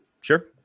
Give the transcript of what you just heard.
Sure